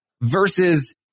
versus